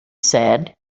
said